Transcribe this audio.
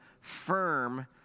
firm